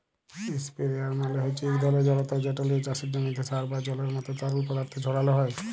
ইসপেরেয়ার মালে হছে ইক ধরলের জলতর্ যেট লিয়ে চাষের জমিতে সার বা জলের মতো তরল পদাথথ ছড়ালো হয়